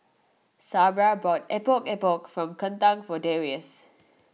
Sabra bought Epok Epok Kentang for Darrius